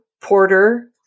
porter